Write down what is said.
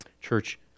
Church